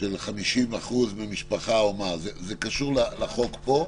של 50% ממשפחה, זה קשור לחוק פה?